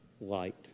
light